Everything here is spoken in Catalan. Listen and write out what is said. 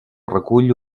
recull